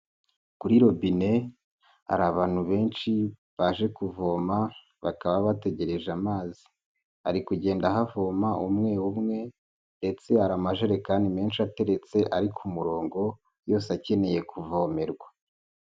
Kuri robine hari abantu benshi baje kuvoma bakaba bategereje amazi, bari kugenda havoma umwe umwe ndetse hari amajerekani menshi ateretse, ari ku murongo yose akeneye kuvomerwa.